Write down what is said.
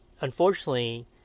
unfortunately